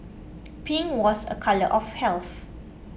pink was a colour of health